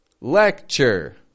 lecture